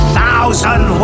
thousand